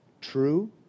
True